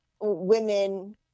women